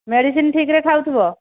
medicine ଠିକ୍ରେ ଖାଉଥିବ